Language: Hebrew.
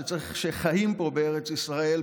שחיים פה בארץ ישראל,